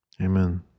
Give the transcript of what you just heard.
Amen